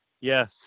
Yes